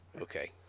Okay